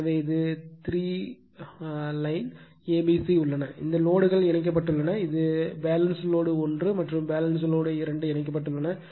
எனவே இது three line a b c உள்ளன இந்த லோடுகள் இணைக்கப்பட்டுள்ளன இது பேலன்ஸ் லோடு 1 மற்றும் இது பேலன்ஸ் லோடு 2 இணைக்கப்பட்டுள்ளன